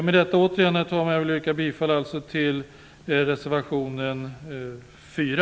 Med detta, herr talman, yrkar jag åter bifall till reservation 4.